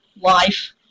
life